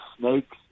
snakes